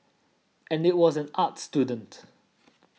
and I was an arts student